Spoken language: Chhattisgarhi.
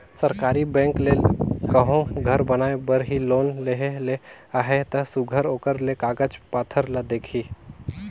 सरकारी बेंक ले कहों घर बनाए बर ही लोन लेहे ले अहे ता सुग्घर ओकर ले कागज पाथर ल देखही